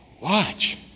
watch